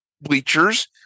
bleachers